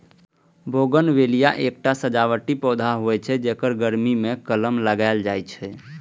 bougainvillea एकटा सजावटी पौधा होइ छै, जेकर गर्मी मे कलम लगाएल जाइ छै